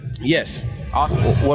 yes